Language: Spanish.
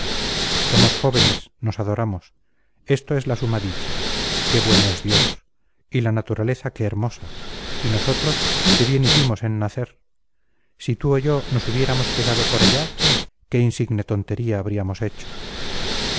somos jóvenes nos adoramos esto es la suma dicha qué bueno es dios y la naturaleza qué hermosa y nosotros qué bien hicimos en nacer si tú o yo nos hubiéramos quedado por allá qué insigne tontería habríamos hecho